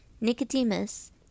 nicodemus